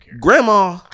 grandma